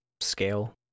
scale